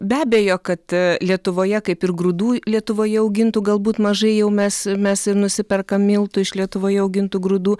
be abejo kad lietuvoje kaip ir grūdų lietuvoje augintų galbūt mažai jau mes mes ir nusiperkam miltų iš lietuvoje augintų grūdų